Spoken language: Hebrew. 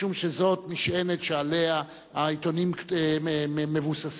משום שזאת משענת שעליה העיתונים מבוססים.